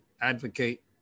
advocate